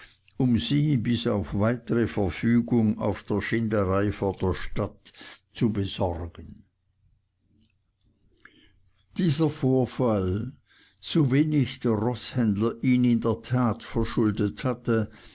um sie bis auf weitere verfügung auf der schinderei vor der stadt zu besorgen dieser vorfall sowenig der roßhändler ihn in der tat verschuldet hatte